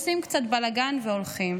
עושים קצת בלגן והולכים.